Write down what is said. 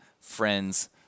friends